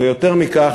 ויותר מכך,